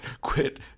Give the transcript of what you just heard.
quit